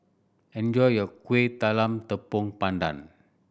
enjoy your Kueh Talam Tepong Pandan